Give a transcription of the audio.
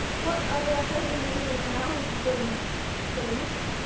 what other heavy news now brings philemus?